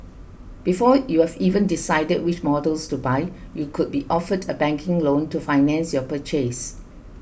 before you've even decided which models to buy you could be offered a banking loan to finance your purchase